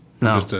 No